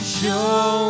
show